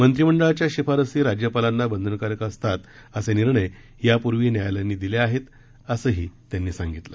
मंत्रिमंडळाच्या शिफारसी राज्यपालांना बंधनकारक असतात असे निर्णय यापूर्वी न्यायालयांनी दिले आहे असंही त्यांनी सांगितलं